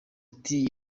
ati